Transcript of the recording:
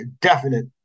definite